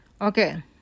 Okay